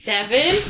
Seven